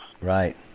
right